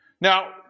Now